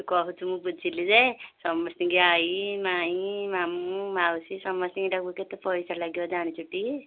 ତୁ କହୁଛୁ ମୁଁ ବୁଝିଲି ଯେ ସମସ୍ତେ ଆଈ ମାଇଁ ମାମୁଁ ମାଉସୀ ସମସ୍ତଙ୍କୁ ଡାକୁଛୁ କେତେ ପଇସା ଲାଗିବ ଜାଣିଛୁ ଟି